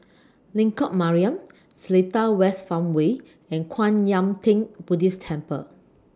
Lengkok Mariam Seletar West Farmway and Kwan Yam Theng Buddhist Temple